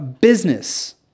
business